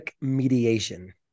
Mediation